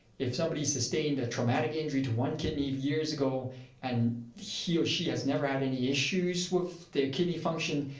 if somebody sustained a traumatic injury to one kidney years ago and he or she has never had any issues with their kidney function,